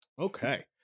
Okay